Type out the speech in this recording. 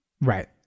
Right